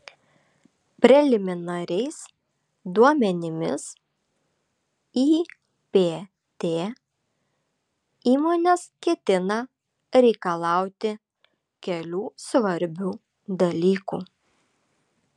preliminariais duomenimis ipt įmonės ketina reikalauti kelių svarbių dalykų